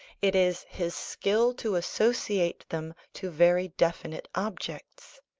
it is his skill to associate them to very definite objects.